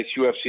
UFC